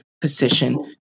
position